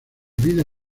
vida